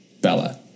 Bella